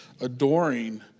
adoring